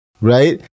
right